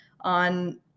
on